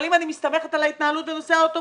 אבל אם אני מסתמכת על ההתנהלות בנושא האוטובוסים,